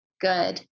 Good